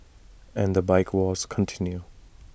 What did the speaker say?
and the bike wars continue